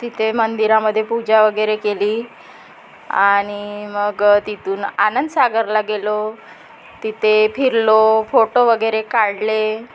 तिथे मंदिरामध्ये पूजा वगैरे केली आणि मग तिथून आनंदसागरला गेलो तिथे फिरलो फोटो वगैरे काढले